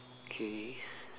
okay